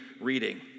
reading